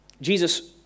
jesus